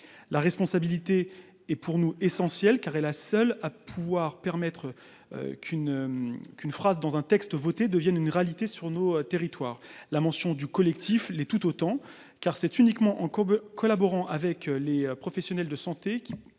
La responsabilité est pour nous essentielle, car elle est la seule à permettre qu'une phrase figurant dans un texte voté devienne une réalité dans nos territoires. La mention « collective » l'est tout autant, car c'est uniquement en collaborant avec les professionnels de santé